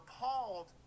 appalled